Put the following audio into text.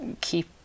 keep